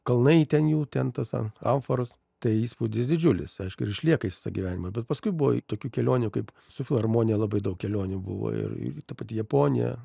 kalnai ten jų ten tas an amforos tai įspūdis didžiulis aišku ir išlieka jis visą gyvenimą bet paskui buvo tokių kelionių kaip su filharmonija labai daug kelionių buvo ir ta pati japonija